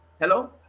Hello